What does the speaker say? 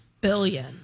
Billion